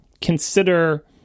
consider